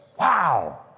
Wow